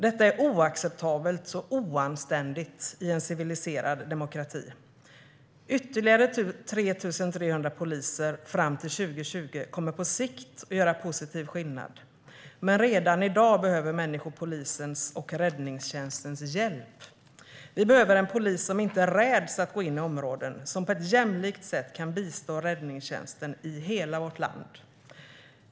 Detta är oacceptabelt och oanständigt i en civiliserad demokrati. Ytterligare 3 300 poliser fram till 2020 kommer att göra positiv skillnad på sikt. Men människor behöver polisens och räddningstjänstens hjälp redan i dag. Vi behöver en polis som inte räds att gå in områden och som på ett jämlikt sätt kan bistå räddningstjänsten i hela vårt land.